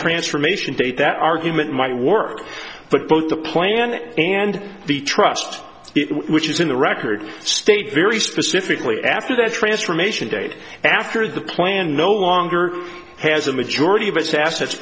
transformation date that argument might work but both the plan and the trust it which is in the record stayed very specifically after that transformation date after the plan no longer has a majority of its assets